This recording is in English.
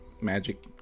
magic